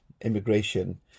immigration